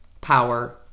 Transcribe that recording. power